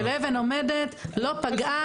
של אבן עומדת לא פגעה,